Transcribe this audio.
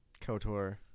KOTOR